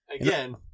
Again